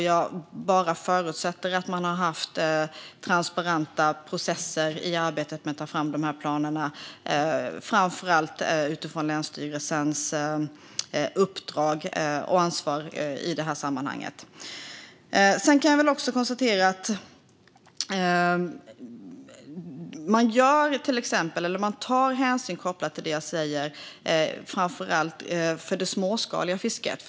Jag förutsätter att man har haft transparenta processer i arbetet med att ta fram planerna, framför allt utifrån länsstyrelsens uppdrag och ansvar i det här sammanhanget. Jag kan konstatera att man tar hänsyn kopplat till det jag säger, framför allt för det småskaliga fisket.